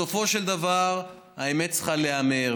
בסופו של דבר האמת צריכה להיאמר,